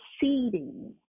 seeding